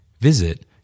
Visit